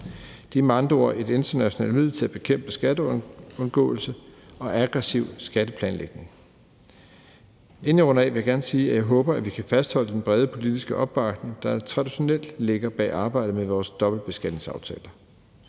med andre ord et internationalt middel til at bekæmpe skatteundgåelse og aggressiv skatteplanlægning. Inden jeg runder af, vil jeg gerne sige, at jeg håber, vi kan fastholde den brede politiske opbakning, der traditionelt ligger bag arbejdet med vores dobbeltbeskatningsaftaler.